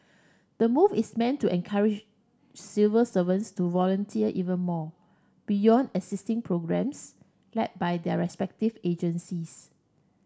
the move is meant to encourage civil servants to volunteer even more beyond existing programmes led by their respective agencies